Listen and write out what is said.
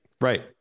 right